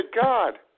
God